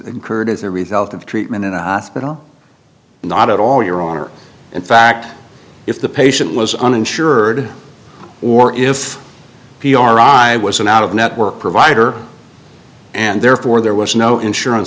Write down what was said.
incurred as a result of treatment in a hospital not at all your honor in fact if the patient was uninsured or if p r i was an out of network provider and therefore there was no insurance